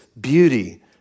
beauty